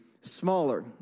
smaller